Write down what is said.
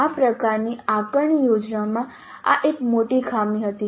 આ પ્રકારની આકારણી યોજનામાં આ એક મોટી ખામી હતી